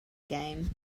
game